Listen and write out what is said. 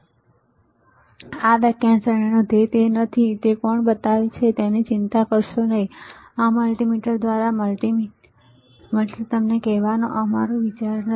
તે આ વ્યાખ્યાન શ્રેણીનો ધ્યેય નથીતેથી તે કોણ બનાવે છે તેની ચિંતા કરશો નહીંઆ મલ્ટિમીટર દ્વારા તે મલ્ટિમીટર દ્વારા તમને કહેવાનો અમારો વિચાર નથી